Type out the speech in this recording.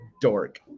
dork